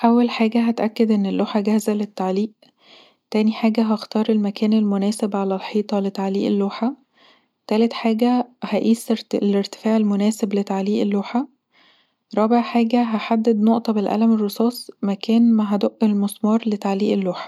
أول حاجه هتأكد ان اللوحه جاهزه للتعليق تاني حاجه هختار المكان المناسب علي الحيطه لتعليق اللوحه تالت حاجه هقيس الارتفاع المناسب لتعليق اللوحه رابع حاجه هحدد نقطه بالقلم الرصاص مكان ما هدق المسمار لتعليق اللوحه